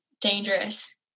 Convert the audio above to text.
dangerous